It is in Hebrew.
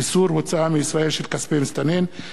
(איסור הוצאה מישראל של כספי מסתנן,